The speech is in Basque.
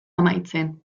amaitzen